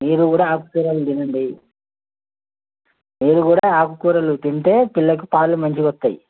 మీరు కూడా ఆకుకూరలు తినండి మీరు కూడా ఆకుకూరలు తింటే పిల్లలకు పాలు మంచిగా వస్తాయి